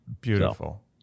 Beautiful